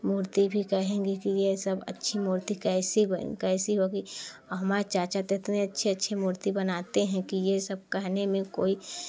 मूर्ति भी कहेंगी कि ये सब अच्छी मूर्ति कैसी बनी कैसी होगी हमारे चाचा तो अच्छी अच्छी मूर्ति बनाते हैं कि ये सब कहने में कोई